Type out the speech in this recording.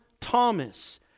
thomas